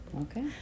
Okay